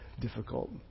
difficult